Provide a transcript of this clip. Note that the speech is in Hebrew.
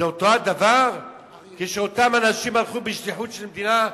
זה אותו הדבר כשאותם אנשים הלכו בשליחות של מדינה,